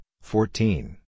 fourteen